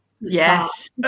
yes